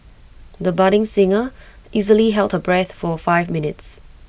the budding singer easily held her breath for five minutes